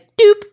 doop